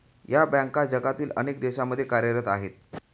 या बँका जगातील अनेक देशांमध्ये कार्यरत आहेत